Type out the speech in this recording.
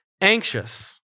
anxious